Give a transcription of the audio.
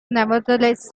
nevertheless